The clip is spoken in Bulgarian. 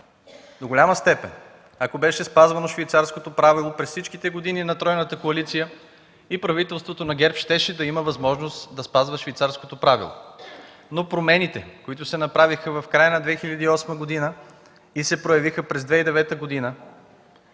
До голяма степен, ако беше спазено швейцарското правило през всичките години на тройната коалиция, и правителството на ГЕРБ щеше да има възможност да го спазва. Но промените, които се извършиха в края на 2008 г. и се проявиха през 2009 г.,